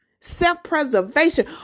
self-preservation